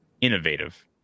innovative